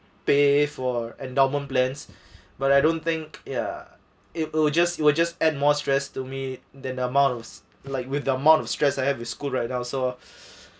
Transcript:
pay for endowment plans but I don't think ya it'll just you will just add more stress to me than amount was like with the amount of stress I have with school right now so